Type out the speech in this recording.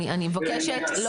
--- לא,